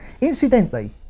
Incidentally